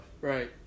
Right